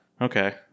okay